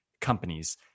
companies